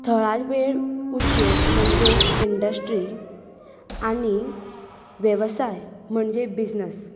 थळावेळ उद्योग म्हणजे इण्डश्ट्री आनी वेवसाय म्हणजे बिजनस